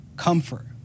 Comfort